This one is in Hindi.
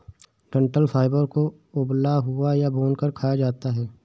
डंठल फाइबर को उबला हुआ या भूनकर खाया जाता है